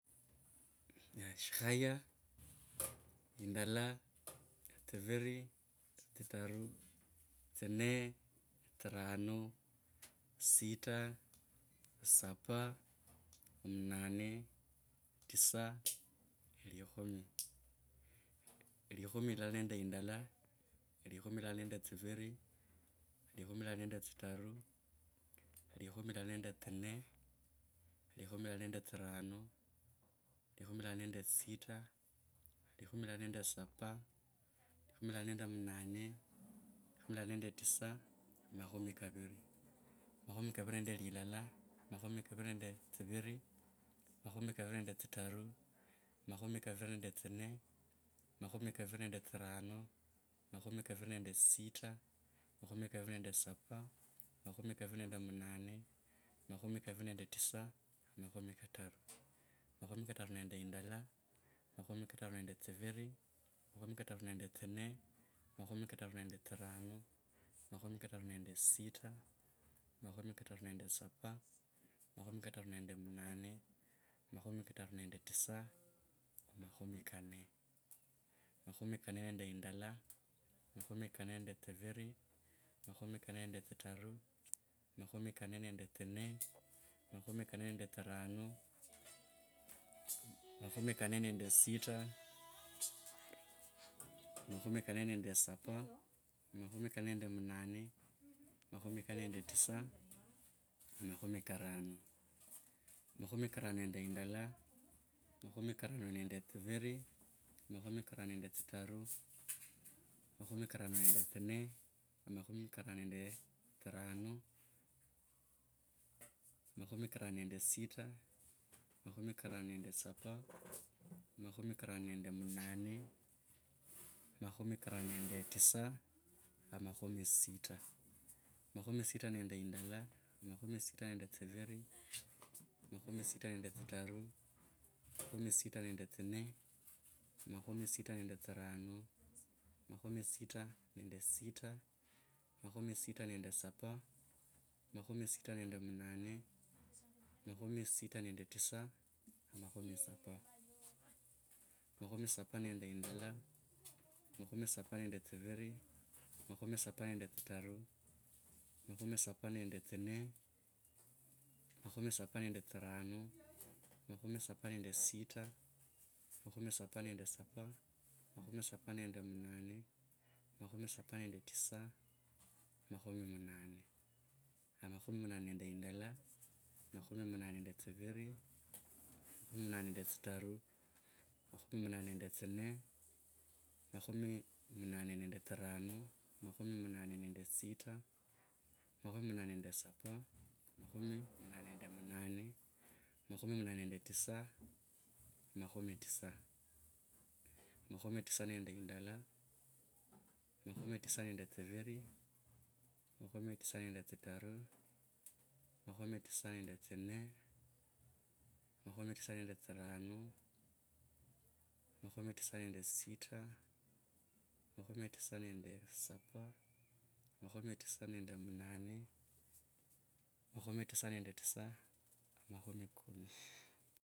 Shikhaya indala tsiviri, tsitaru, tsinne, tsirano, sita, sapa, munane, tisa, likhumu. Likumi lilala nende indala. likhomi lilala nende tsiviri, likhumi lilala nende tsitaru, likhami lilala nende tsinne, likhumi lilala nende tsirano, likhumi lilala nende sita, likhumi lilala nende saba. Makhumi kaviri makhumi kaviviri nende nilala, makhumi kaviri nende lilala makhumi, kaviri nende tsiviri, makhumi kaviri nende tsirano makhumi, kaviri nende sita, makhumi kaviri nende saba, makhumi kaviri nende munane, makhumi kaviri nende tisa makhumi kataru. Makhumi kataru nende tsinne, makhumi kataru tsirano, makhumi kataru nende sita makhumi kataru nende saba makhumi kataru nende munane, makhumi kataru nende tisa makhumi kataru makhumi kataru nende indala, makhumi kataru nende tsiviri, makhumi kataru nende indala, makhumi kataru nende tsinne, makhumi kataru nende tsirano, makhumi kataru nende sita. makhumi kataru nende saba, makhumi kataru nende munane, makhumi kataru nende tisa, makhumi kanne nende tsiviri, makhumi kanne tsitaru makhumi kanne nende tsirano, makhumi kanne nende sita, makhumi kanne nende saba. Makhumi kanne nende munane makhumi kanne nende tisa, makhumi karano makhumi karano nende tsitaru makhumi karano nende tsinne, makhumi karano nende tsirano, makhumi karano nende sita, makhumi karano nende saba, makhumi karano nende munane, makhumi karano nende tisa amakhumi sita, makhumi sita nende indala, makhumi sita nende tsiviri, makhumi sita nende indala, makhumi sita nende tsiviri, makhumi sita nende tsitaru makhumi sita nende tsinne, makhumi sita nende tsirano, makhumi sita nende munane, makhumi sita nende tisa, makhumi saba makhumi saba nende indala makhumi saba nende kaviri, makhumi saba nende kataru, makhumi saba nende kanne, makhumi saba nende karano, makhumi saba nende sita, makhumi saba nende saba, makhumi saba nende munane, makhumi saba nende tisa, makhumi munane, makhumi munane nende indala, makhumi munane nende tsiviri, makhumi munane nende kataru, makhumi munane nende tsinne, makhumi munane nende tsirano, makhumi munane nende sita, makhumi munane nende saba, makhumi munane nende munane, makhumi munane nende tisa, makhumi tisa, makhumi tisa nende indala, makhumi tisa nende tsiviri, makhumi tisa nende tsitaru, makhumi tisa tsinne, makhumi tisa nende tsirano, makhumi tisa nende sita, makhumi tisa nende saba, makhumi tisa nende munane, makhumi tisa nende tisa, makhumi kumi.